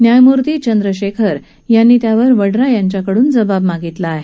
न्यायमूर्ती चंद्रशेखर यांनी त्यावर वड्रा यांच्याकडून जबाब मागितला आहे